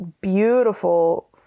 beautiful